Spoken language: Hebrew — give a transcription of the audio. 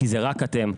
כי זה רק אתם,